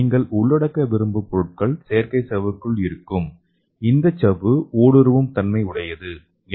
நீங்கள் உள்ளடக்க விரும்பும் பொருட்கள் செயற்கை சவ்வுக்குள் இருக்கும் இந்த சவ்வு ஊடுருவும் தன்மை உடையது permeant